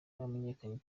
yamenyekanye